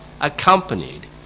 accompanied